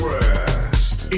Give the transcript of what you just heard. rest